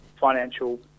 financial